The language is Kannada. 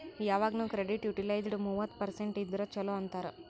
ಯವಾಗ್ನು ಕ್ರೆಡಿಟ್ ಯುಟಿಲೈಜ್ಡ್ ಮೂವತ್ತ ಪರ್ಸೆಂಟ್ ಇದ್ದುರ ಛಲೋ ಅಂತಾರ್